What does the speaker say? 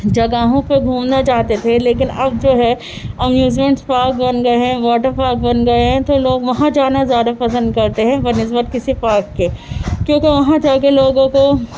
جگہوں پر گھومنا چاہتے تھے لیکن اب جو ہے امیوزنٹ پارک بن گئے ہیں واٹر پارک بن گئے ہیں تو لوگ وہاں جانا زیادہ پسند کرتے ہیں بہ نسبت کسی پارک کے کیونکہ وہاں جا کے لوگوں کو